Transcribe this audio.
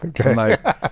Okay